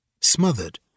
smothered